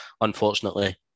unfortunately